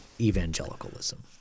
evangelicalism